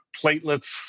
platelets